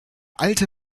alte